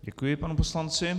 Děkuji panu poslanci.